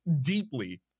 deeply